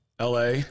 LA